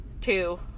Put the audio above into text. two